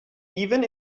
even